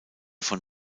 von